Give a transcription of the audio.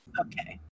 Okay